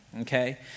Okay